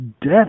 death